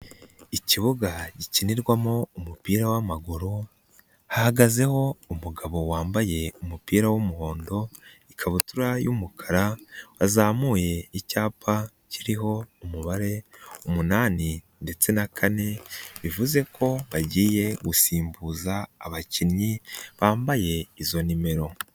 Ikibuga gikinirwamo umupira w'amaguru hahagazeho umugabo wambaye umupira w'umuhondo, ikabutura y'umukara, wazamuye icyapa kiriho umubare umunani ndetse na kane, bivuze ko bagiye gusimbuza abakinnyi bambaye izo nimero.